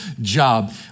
job